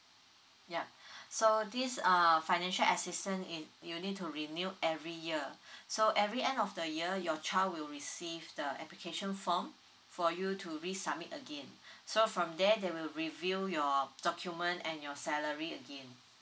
ya so this uh financial assistance it you need to be renew every year so every end of the year your child will receive the application form for you to re submit again so from there they will review your document and your salary again